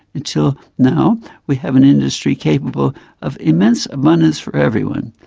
until now we have an industry capable of immense abundance for everyone.